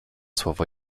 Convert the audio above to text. słowo